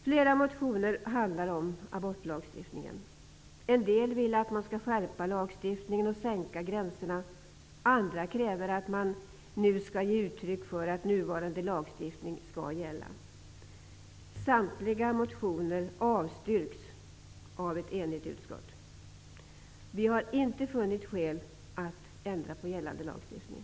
Flera motioner handlar om abortlagstiftningen. En del vill att man skall skärpa lagstiftningen och sänka gränserna. Andra kräver att man skall ge uttryck för att nuvarande lagstiftning skall gälla. Samtliga motioner avstryks av ett enigt utskott. Vi har inte funnit skäl att nu ändra gällande lagstiftning.